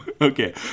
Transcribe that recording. okay